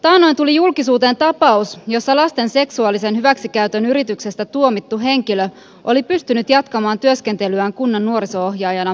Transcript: taannoin tuli julkisuuteen tapaus jossa lasten seksuaalisen hyväksikäytön yrityksestä tuomittu henkilö oli pystynyt jatkamaan työskentelyään kunnan nuoriso ohjaajana tuomionsa jälkeen